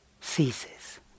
ceases